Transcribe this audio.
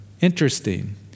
Interesting